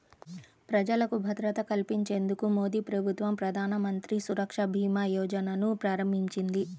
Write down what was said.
ప్రజలకు భద్రత కల్పించేందుకు మోదీప్రభుత్వం ప్రధానమంత్రి సురక్షభీమాయోజనను ప్రారంభించింది